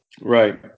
Right